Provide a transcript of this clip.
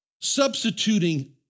Substituting